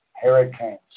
hurricanes